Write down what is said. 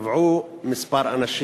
טבעו כמה אנשים.